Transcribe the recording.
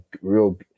real